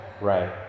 Right